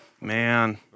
man